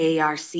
ARC